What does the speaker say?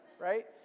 Right